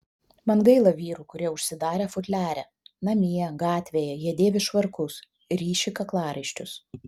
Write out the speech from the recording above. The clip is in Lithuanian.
man gaila vyrų kurie užsidarę futliare namie gatvėje jie dėvi švarkus ryši kaklaraiščius